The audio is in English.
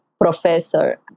professor